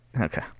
okay